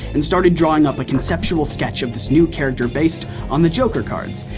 and started drawing up a conceptual sketch of this new character based on the joker cards.